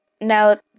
Now